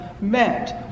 meant